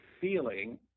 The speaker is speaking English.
feeling